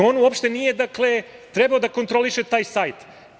On uopšte nije, dakle, trebao da kontroliše taj sajt.